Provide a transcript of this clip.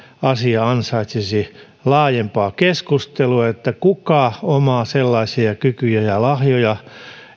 asia ansaitsisi laajempaa keskustelua että kuka omaa sellaisia kykyjä ja lahjoja